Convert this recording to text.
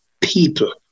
people